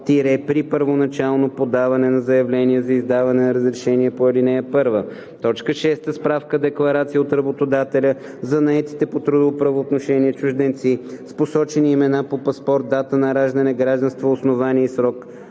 г. – при първоначално подаване на заявление за издаване на разрешение по ал. 1; 6. справка-декларация от работодателя за наетите по трудово правоотношение чужденци, с посочени имена по паспорт, дата на раждане, гражданство, основание и срок